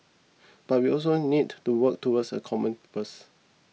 but we also need to work towards a common purpose